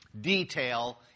detail